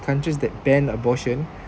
countries that ban abortion